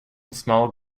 small